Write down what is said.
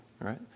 right